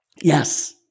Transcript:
yes